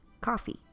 coffee